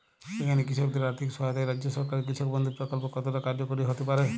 এখানে কৃষকদের আর্থিক সহায়তায় রাজ্য সরকারের কৃষক বন্ধু প্রক্ল্প কতটা কার্যকরী হতে পারে?